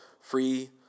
free